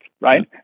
right